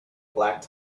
black